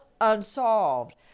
unsolved